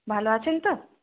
ভালো আছেন তো